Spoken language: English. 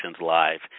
Live